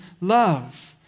love